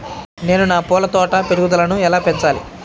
నేను నా పూల తోట పెరుగుదలను ఎలా పెంచాలి?